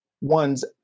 one's